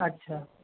আচ্ছা